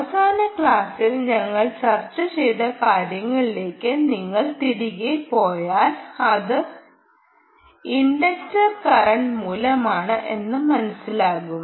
അവസാന ക്ലാസിൽ ഞങ്ങൾ ചർച്ച ചെയ്ത കാര്യങ്ങളിലേക്ക് നിങ്ങൾ തിരികെ പോയാൽ അത് ഇൻഡക്റ്റർ കറന്റ് മൂലമാണ് എന്ന് മനസ്സിലാകും